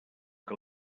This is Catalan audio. que